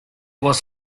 was